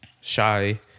shy